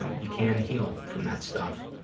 and you can heal from that stuff,